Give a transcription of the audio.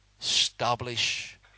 establish